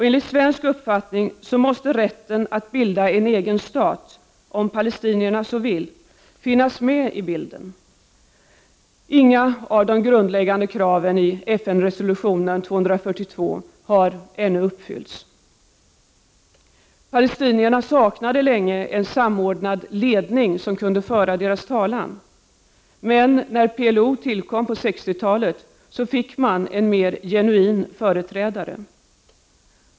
Enligt svensk uppfattning måste rätten att bilda en egen stat, om palestinierna så vill, finnas med i bilden. Inga av de grundläggande kraven i FN-resolutionen 242 har ännu uppfyllts. Palestinierna saknade länge en samordnad ledning som kunde föra deras talan. Men när PLO tillkom på 1960-talet fick de en mer genuin företrädare.